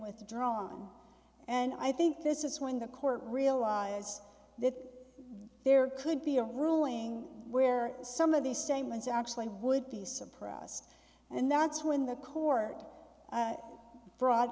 withdrawn and i think this is when the court realized that there could be a ruling where some of these same ones actually would be surprised and that's when the court i brought